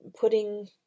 putting